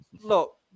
look